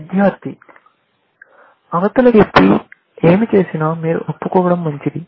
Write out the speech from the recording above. విద్యార్థి అవతలి వ్యక్తి ఏమి చేసినా మీరు ఒప్పుకోవడం మంచిది